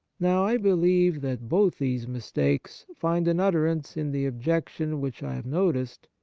now, i believe that both these mistakes find an utterance in the objection which i have noticed,